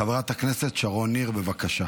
חברת הכנסת שרון ניר, בבקשה.